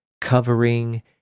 covering